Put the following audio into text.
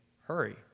hurry